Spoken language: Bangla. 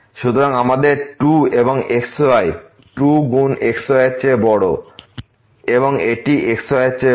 সুতরাং আমাদের 2 এবং xy এই 2 গুণ xy এর চেয়ে বড় এবং এটি xy এরচেয়ে বড়